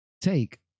take